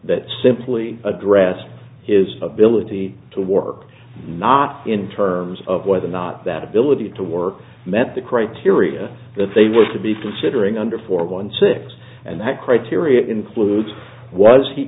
that simply addressed his ability to work not in terms of whether or not that ability to work met the criteria that they were to be considering under four one six and that criteria includes was he